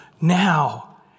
Now